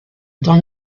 dans